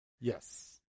Yes